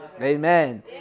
Amen